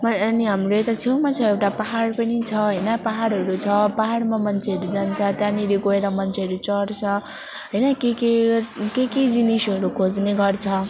म अनि हाम्रो यता छेउमा छ एउटा पाहाड पनि छ होइन पाहाडहरू छ पाहाडमा मान्छेहरू जान्छ त्यहाँनिर गएर मान्छेहरू चढ्छ होइन के के के के जिनिसहरू खोज्ने गर्छ